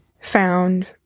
found